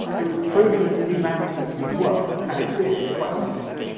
it was proving this new landing system would work, and it did, quite obviously.